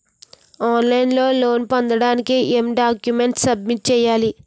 On line లో loan పొందటానికి ఎం డాక్యుమెంట్స్ సబ్మిట్ చేయాలి?